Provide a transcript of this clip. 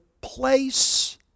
place